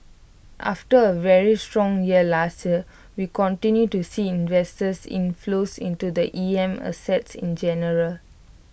after A very strong year last year we continue to see investors inflows into the E M assets in general